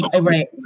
Right